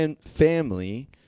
family